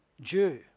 Jew